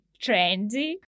trendy